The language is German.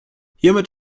hiermit